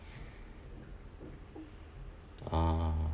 ah